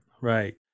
right